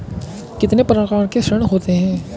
कितने प्रकार के ऋण होते हैं?